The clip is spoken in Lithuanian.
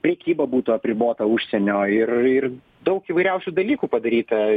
prekyba būtų apribota užsienio ir ir daug įvairiausių dalykų padaryta